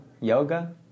yoga